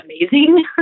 amazing